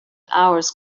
hours